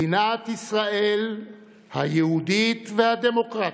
מדינת ישראל היהודית והדמוקרטית,